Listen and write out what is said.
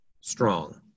strong